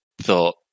thought